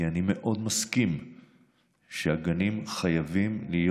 כי אני מאוד מסכים שהגנים חייבים להיות